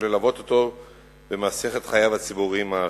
וללוות אותו במסכת חייו הציבוריים העשירה.